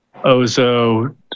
Ozo